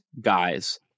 guys